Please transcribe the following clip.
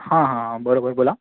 हां हां बरोबर बोला